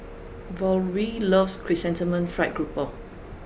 Valorie loves Chrysanthemum Fried Grouper